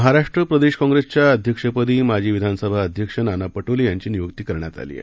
महाराष्ट्र प्रदेश काँग्रेसच्या अध्यक्षपदी माजी विधानसभा अध्यक्ष नाना पटोले यांची नियुक्ती करण्यात आली आहे